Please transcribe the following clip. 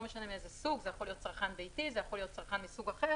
משנה מאיזה סוג זה יכול להיות צרכן ביתי או מסוג אחר.